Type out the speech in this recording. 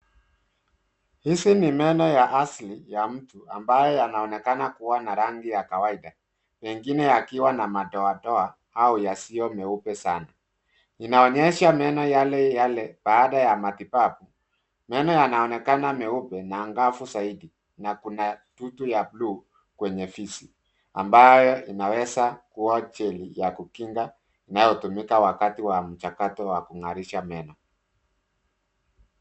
Hizi ni meno ya sili ya mtu ambaye anaonekana kuwa na rangi ya kawaida, mengine yakiwa na madoadoa au yasiyo meupe sana. Inaonyesha meno yale yale baada ya matibabu. Meno yanaonekana meupe na angavu zaidi na kuna tutu ya buluu kwenye fizi ambayo inaweza kuwa gel ya kukinga inayotumika wakati wa mchakato wa kung'arisha meno.